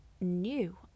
new